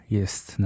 jest